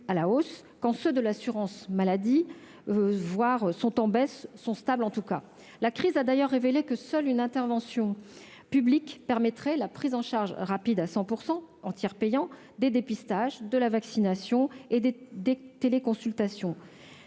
à la hausse quand ceux de l'assurance maladie sont en baisse, ou en tout cas stables. La crise a d'ailleurs révélé que seule une intervention publique permettrait la prise en charge rapide à 100 %, en tiers payant, des dépistages de la vaccination et des téléconsultations.